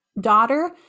daughter